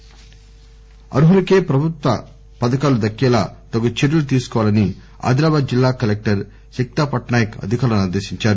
ఆదిలాబాద్ అర్ఖులకే కేంద్ర ప్రభుత్వ పథకాలు దక్కేలా తగు చర్యలు తీసుకోవాలని ఆదిలాబాద్ జిల్లా కలెక్టర్ సిక్తా పట్నా యక్ అధికారులను ఆదేశించారు